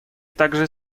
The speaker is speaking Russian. также